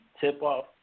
tip-off